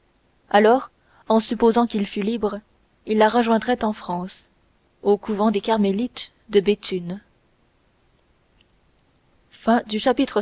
alors en supposant qu'il fût libre il la rejoindrait en france au couvent des carmélites de béthune